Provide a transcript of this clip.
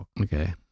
Okay